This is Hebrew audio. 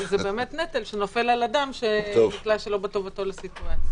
אבל זה באמת נטל שנופל על אדם שנקלע שלא בטובתו לסיטואציה.